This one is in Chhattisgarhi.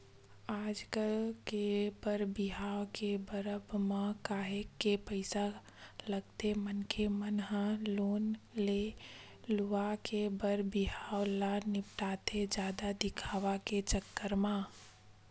आज के बर बिहाव के करब म काहेच के पइसा लगथे मनखे मन ह लोन ले लुवा के बर बिहाव ल निपटाथे जादा दिखावा के चक्कर म